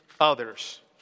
others